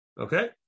Okay